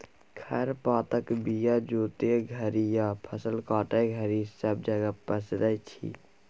खर पातक बीया जोतय घरी या फसल काटय घरी सब जगह पसरै छी